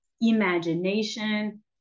imagination